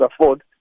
afford